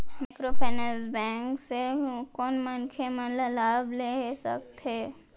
Microfinance bank से कोन मनखे मन लाभ ले सकथे?